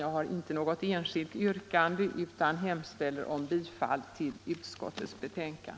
Jag har inte något särskilt yrkande utan hemställer om bifall till utskottets hemställan.